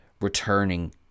returning